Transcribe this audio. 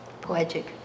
poetic